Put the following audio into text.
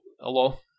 Hello